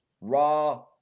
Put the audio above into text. raw